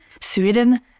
Sweden